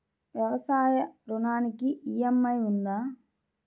వ్యవసాయ ఋణానికి ఈ.ఎం.ఐ ఉందా?